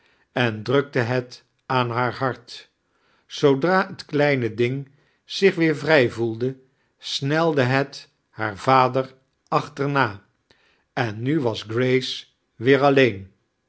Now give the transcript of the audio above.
en drukte het aan haar hart zoodra het kleine ding zich weer vrij voelde stnelde het haar voder achterna en nu was grace weer allem